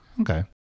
Okay